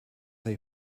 they